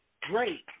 Great